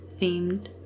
themed